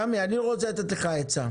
סמי, אני רוצה לתת לך עצה.